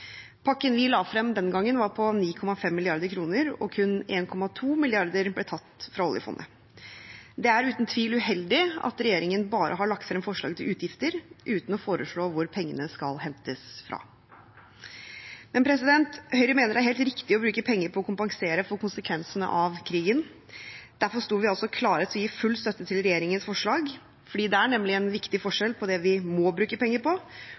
Pakken vi la frem den gangen, var på 9,5 mrd. kr, og kun 1,2 mrd. kr ble tatt fra oljefondet. Det er uten tvil uheldig at regjeringen bare har lagt frem forslag til utgifter, uten å foreslå hvor pengene skal hentes fra. Høyre mener det er helt riktig å bruke penger på å kompensere for konsekvensene av krigen. Derfor sto vi altså klare til å gi full støtte til regjeringens forslag, for det er nemlig en viktig forskjell på det vi må bruke penger på,